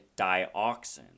dioxin